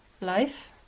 life